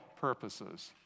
purposes